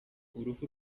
uruhu